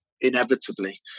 inevitably